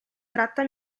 tratta